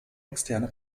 externe